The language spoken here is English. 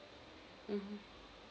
mmhmm